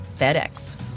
FedEx